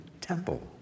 temple